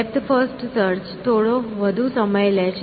depth first search થોડો વધુ સમય લે છે